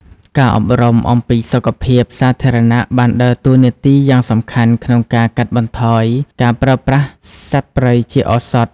ការអប់រំអំពីសុខភាពសាធារណៈបានដើរតួនាទីយ៉ាងសំខាន់ក្នុងការកាត់បន្ថយការប្រើប្រាស់សត្វព្រៃជាឱសថ។